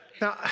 Now